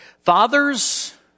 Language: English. Fathers